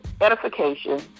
edification